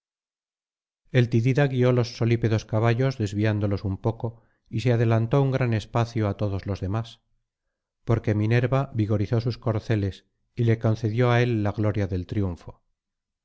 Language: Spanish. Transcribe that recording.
el tidida guió los solípedos caballos desviándolos un poco y se adelantó un gran espa cío á todos los demás porque minerva vigorizó sus corceles y le concedió á él la gloria del triunfo